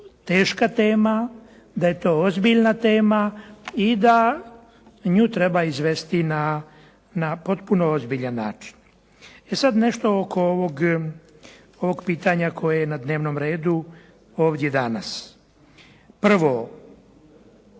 teška tema, da je to ozbiljna tema i da nju treba izvesti na potpuno ozbiljan način. E sad nešto oko ovog pitanja koje je na dnevnom redu ovdje danas. Prvo,